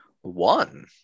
one